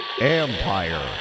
Empire